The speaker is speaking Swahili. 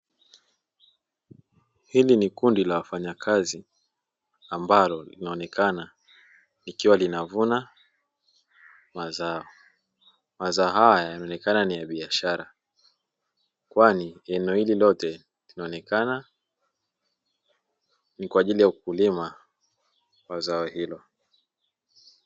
Hili ni kundi la wafanyakazi ambalo linaonekana likiwa linavuna mazao. Mazao haya yanaonekana ni ya biashara kwani eneo hili lote linaonekana ni kwa ajili ya ukulima wa zao hilo.